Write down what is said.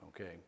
okay